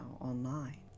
online